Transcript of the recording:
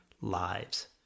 lives